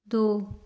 ਦੋ